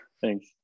thanks